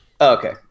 Okay